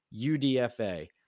UDFA